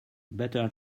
better